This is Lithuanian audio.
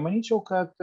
manyčiau kad